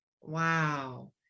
wow